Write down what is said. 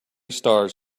stars